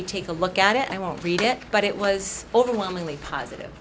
you take a look at it i won't read it but it was overwhelmingly positive